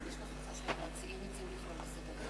סגן השר,